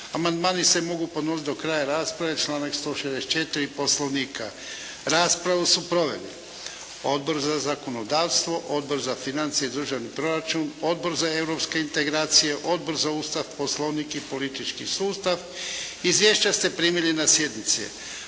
Amandmani se mogu podnositi do kraja rasprave, članak 164. Poslovnika. Raspravu su proveli: Odbor za zakonodavstvo, Odbor za financije i državni proračun, Odbor za europske integracije, Odbor za Ustav, Poslovnik i politički sustav. Izvješća ste primili na sjednici.